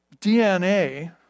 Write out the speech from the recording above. DNA